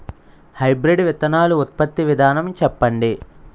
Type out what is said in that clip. Hybrid విత్తనాలు ఉత్పత్తి విధానం చెప్పండి?